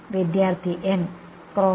വിദ്യാർത്ഥി N cross